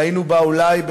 שהיינו בה אולי,